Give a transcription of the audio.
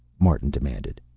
martin demanded.